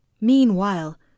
Meanwhile